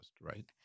right